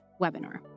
webinar